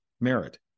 merit